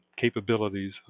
capabilities